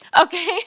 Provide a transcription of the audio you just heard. Okay